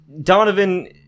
Donovan